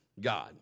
God